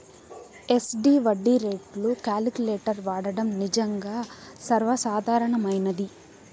SD వడ్డీ రేట్లు calculator వాడడం నిజంగా సర్వసాధారణమైనది